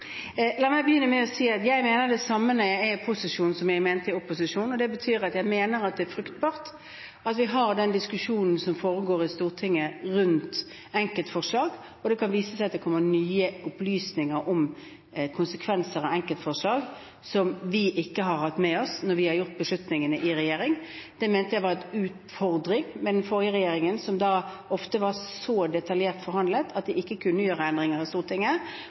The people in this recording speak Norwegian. La meg begynne med å si at jeg mener det samme nå når jeg er i posisjon, som jeg mente i opposisjon. Det betyr at jeg mener at det er fruktbart at vi har den diskusjonen som foregår i Stortinget rundt enkeltforslag. Det kan også vise seg at det kommer nye opplysninger om konsekvenser av enkeltforslag som vi ikke har hatt med oss når vi har gjort beslutningene i regjering. Det mente jeg var en utfordring med den forrige regjeringen, hvor det ofte ble så detaljert forhandlet at den ikke kunne gjøre endringer i Stortinget.